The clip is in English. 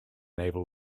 naval